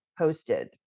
hosted